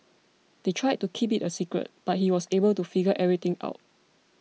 they tried to keep it a secret but he was able to figure everything out